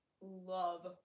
love